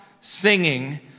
singing